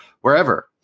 wherever